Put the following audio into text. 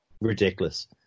ridiculous